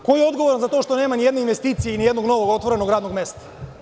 Ko je odgovoran za to što nema ni jedne investicije i ni jednog novog otvorenog radnog mesta?